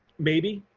maybe,